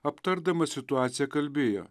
aptardamas situaciją kalbėjo